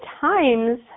times